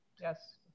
Yes